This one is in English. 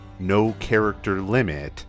NoCharacterLimit